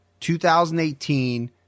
2018